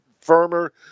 firmer